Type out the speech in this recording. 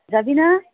যাবিনা